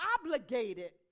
obligated